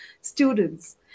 students